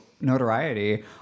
notoriety